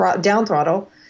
down-throttle